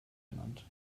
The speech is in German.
genannt